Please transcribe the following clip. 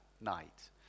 night